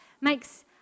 makes